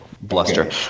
Bluster